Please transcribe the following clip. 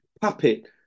puppet